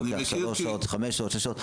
זה לוקח שלוש שעות, חמש שעות, שש שעות.